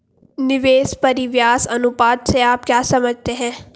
निवेश परिव्यास अनुपात से आप क्या समझते हैं?